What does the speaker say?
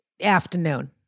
Afternoon